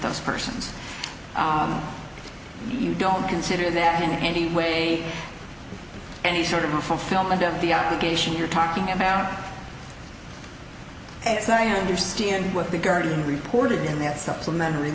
those persons you don't consider them in any way any sort of a fulfillment of the obligation you're talking about and signing understanding what the guardian reported and that supplementary